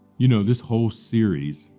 you know this whole series,